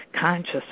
conscious